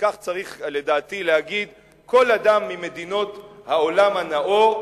וכך צריך לדעתי להגיד כל אדם ממדינות העולם הנאור,